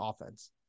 offense